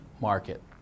market